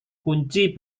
kunci